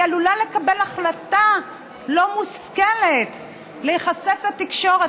היא עלולה לקבל החלטה לא מושכלת להיחשף לתקשורת,